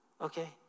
okay